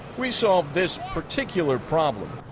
we solved this particular problem,